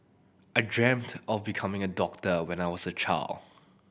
I dreamt of becoming a doctor when I was a child